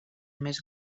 més